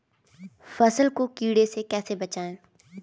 फसल को कीड़े से कैसे बचाएँ?